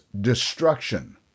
destruction